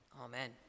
Amen